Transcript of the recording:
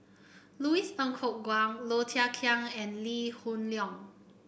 Louis Ng Kok Kwang Low Thia Khiang and Lee Hoon Leong